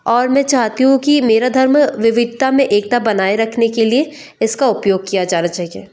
और मैं चाहती हूँ कि मेरा धर्म विविधता में एकता बनाए रखने के लिए इसका उपयोग किया जाना चाहिए